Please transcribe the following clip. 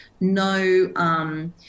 no